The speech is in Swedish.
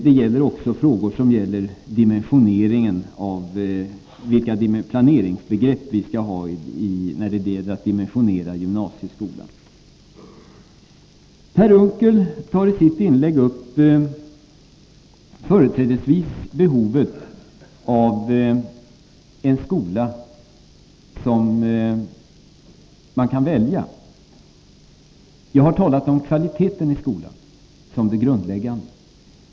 Då kan vi också ta upp frågor om vilka planeringsbegrepp vi skall ha när det gäller att dimensionera gymnasieskolan. Per Unckel tog i sitt inlägg företrädesvis upp behovet av att kunna välja skolform. Jag har talat om kvaliteten i skolan som det grundläggande.